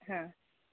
ಹಾಂ